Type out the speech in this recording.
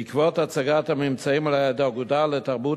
בעקבות הצגת הממצאים על-ידי האגודה לתרבות